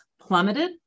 plummeted